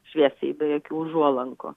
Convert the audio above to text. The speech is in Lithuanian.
šviesiai be jokių užuolankų